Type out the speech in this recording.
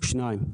שתיים,